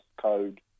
code